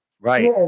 right